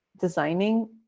designing